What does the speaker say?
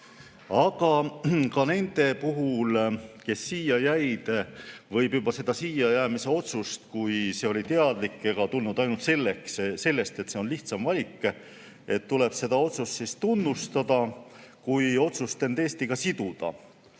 Aga nende puhul, kes siia jäid, võib juba seda siia jäämise otsust, kui see oli teadlik ega tulnud ainult sellest, et see oli lihtsam valik, tunnustada kui otsust end Eestiga siduda.